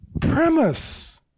premise